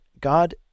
God